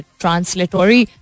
translatory